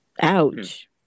Ouch